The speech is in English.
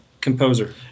Composer